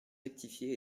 rectifié